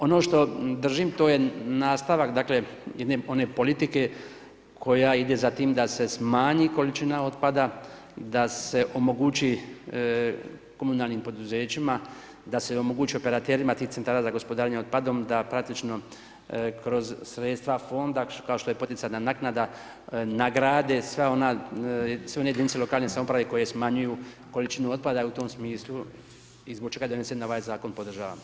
Ono što držim, to je nastavak, dakle, jedne one politike koja ide za tim da se smanji količina otpada, da se omogući komunalnim poduzećima, da se omogući operaterima tih centara za gospodarenjem otpadom da praktično kroz sredstva fonda kao što je poticajna naknada nagrade sve ona, sve one jedinice lokalne samouprave koje smanjuju količinu otpada, u tom smislu… [[Govornik se ne razumije]] ovaj zakon podržavam.